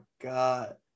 God